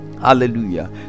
hallelujah